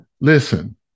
Listen